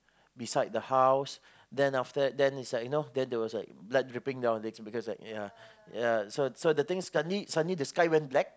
beside the house then after that then is like you know then was like blood dripping down her legs because like ya ya so so the thing is suddenly suddenly the sky went black